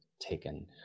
taken